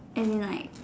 as in like